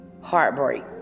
heartbreak